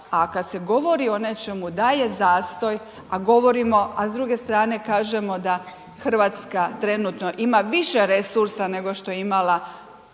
a kad se govori o nečemu da je zastoj, a govorimo, a s druge strane kažemo da Hrvatska trenutno ima više resursa nego što je imala